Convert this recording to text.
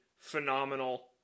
phenomenal